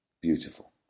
beautiful